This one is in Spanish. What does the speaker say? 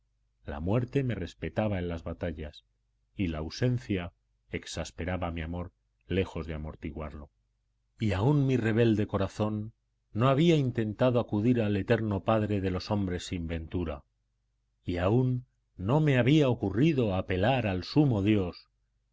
la muerte me respetaba en las batallas y la ausencia exasperaba mi amor lejos de amortiguarlo y aún mi rebelde corazón no había intentado acudir al eterno padre de los hombres sin ventura y aún no me había ocurrido apelar al sumo dios